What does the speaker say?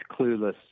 clueless